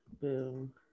Boom